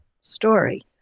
story